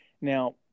now